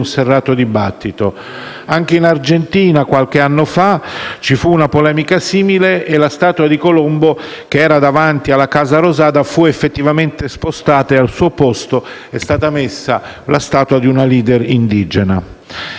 un serrato dibattito. Anche in Argentina, qualche anno fa, ci fu una polemica simile, e la statua di Colombo, che era davanti alla Casa Rosada, fu effettivamente spostata e, al suo posto, è stata messa la statua di una *leader* indigena.